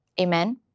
Amen